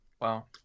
Wow